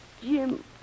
Jim